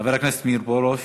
חבר הכנסת מאיר פרוש,